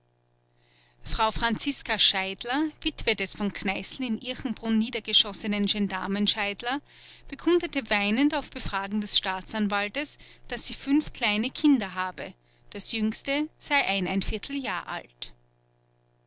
frau franziska scheidler witwe des von kneißl in irchenbrunn niedergeschossenen gendarmen scheidler bekundete weinend auf befragen des staatsanwalts daß sie fünf kleine kinder habe das jüngste sei jahr alt